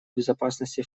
безопасности